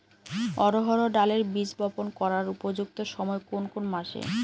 অড়হড় ডালের বীজ বপন করার উপযুক্ত সময় কোন কোন মাস?